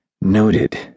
Noted